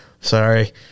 Sorry